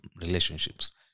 relationships